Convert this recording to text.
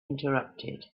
interrupted